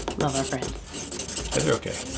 love our friends. yeah, they're okay.